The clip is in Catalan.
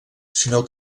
sinó